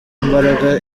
imbaraga